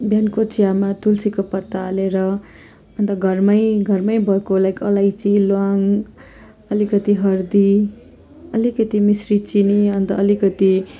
बिहानको चियामा तुलसीको पत्ता हालेर अन्त घरमै घरमै भएको लाइक अलैँची ल्वाङ अलिकति हर्दी अलिकति मिस्री चिनी अन्त अलिकति